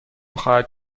خواهد